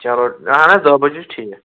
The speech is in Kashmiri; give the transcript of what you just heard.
چلو اہن حظ دٔہ بَجے چھُ ٹھیٖک